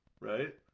right